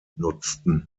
nutzten